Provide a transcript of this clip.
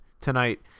tonight